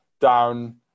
down